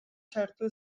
sartu